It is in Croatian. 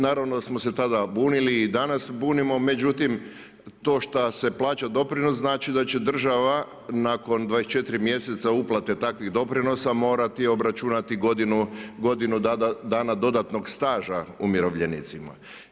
Naravno da smo se tada bunili i danas se bunimo, međutim, to šta se plaća doprinos znači da će država nakon 24 mjeseca uplate takvih doprinosa, morati obračunati godinu dana dodatnog staža umirovljenicima.